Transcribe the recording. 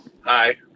Hi